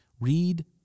Read